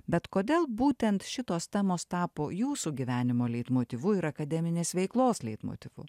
bet kodėl būtent šitos temos tapo jūsų gyvenimo leitmotyvu ir akademinės veiklos leitmotyvu